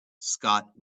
scott